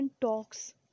talks